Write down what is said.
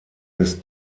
des